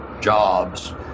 jobs